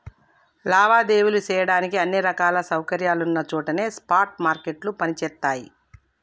లావాదేవీలు చెయ్యడానికి అన్ని రకాల సౌకర్యాలున్న చోటనే స్పాట్ మార్కెట్లు పనిచేత్తయ్యి